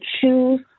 choose